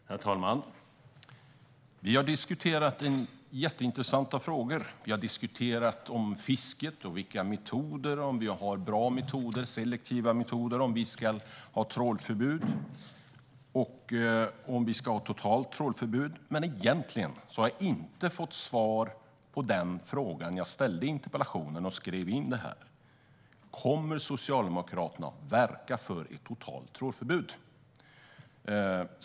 Herr talman! Vi har diskuterat jätteintressanta frågor. Vi har diskuterat om fisket och dess metoder, om vi har bra, selektiva metoder och om vi ska ha ett totalt trålförbud. Men jag har egentligen inte fått svar på den fråga som jag ställde i interpellationen, nämligen: Kommer Socialdemokraterna att verka för ett totalt trålförbud?